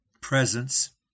presence